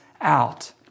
out